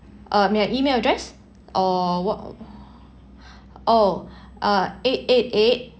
uh my email address or what oh uh eight eight eight